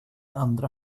andra